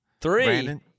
three